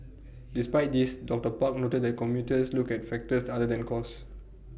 despite this doctor park noted that commuters look at factors other than cost